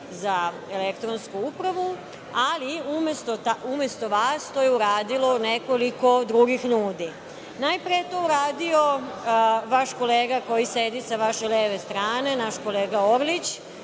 za elektronsku upravu, ali umesto vas, to je uradilo nekoliko drugih ljudi. Najpre je to uradio vaš kolega koji sedi sa vaše leve strane, naš kolega Orlić,